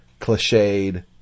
Cliched